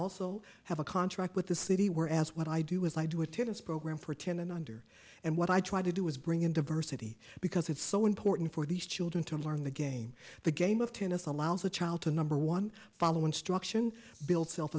also have a contract with the city where as what i do is i do a tennis program for ten and under and what i try to do is bring in diversity because it's so important for these children to learn the game the game of tennis allows the child to number one follow instruction build self